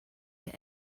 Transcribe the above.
hear